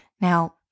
Now